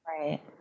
Right